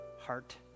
heart